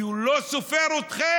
כי הוא לא סופר אתכם,